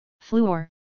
Fluor